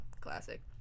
classic